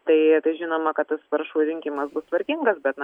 tai tai žinoma kad tas parašų rinkimas bus tvarkingas bet na